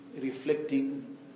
reflecting